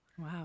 Wow